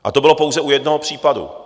A to bylo pouze u jednoho případu.